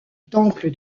temple